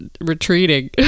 retreating